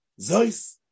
zois